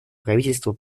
правительства